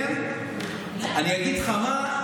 אני אגיד לך מה,